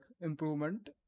improvement